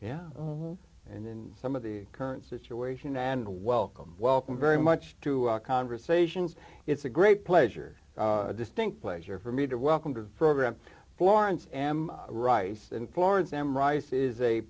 and some of the current situation and welcome welcome very much to our conversations it's a great pleasure a distinct pleasure for me to welcome to the program florence am rice and florence am rice is a